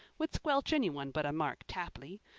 would squelch any one but a mark tapley.